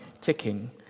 ticking